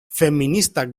feministak